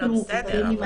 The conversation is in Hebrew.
אנחנו עובדים עם